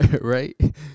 right